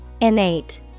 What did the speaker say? Innate